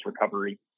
recovery